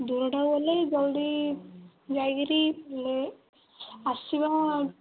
ଦୂରଟାକୁ ଗଲେ ଜଲ୍ଦି ଯାଇକିରି ହେଲେ ଆସିବ